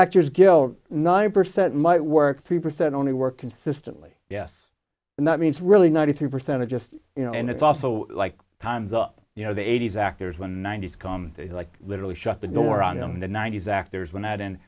actors guild nine percent might work three percent only work consistently yes and that means really ninety three percent of just you know and it's also like time's up you know the eighty's actors when ninety's come like literally shut the door on him in the ninety's actors went out and